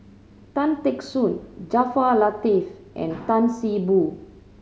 Tan Teck Soon Jaafar Latiff and Tan See Boo